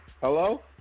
Hello